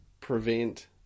prevent